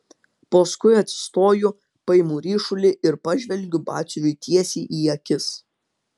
paskui atsistoju paimu ryšulį ir pažvelgiu batsiuviui tiesiai į akis